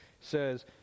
says